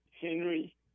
Henry